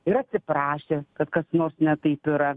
ir atsiprašę kad kas nors ne taip yra